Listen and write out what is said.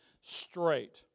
straight